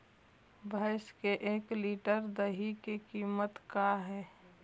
भैंस के एक लीटर दही के कीमत का है?